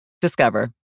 Discover